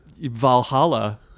valhalla